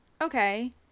okay